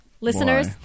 listeners